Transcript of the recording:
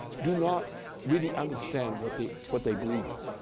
do not really understand what they what they believe in,